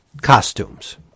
costumes